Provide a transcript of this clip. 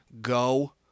go